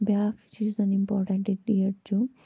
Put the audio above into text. بیاکھ یُس زَنہٕ اِمپاٹَنٛٹ ڈیٹ چھُ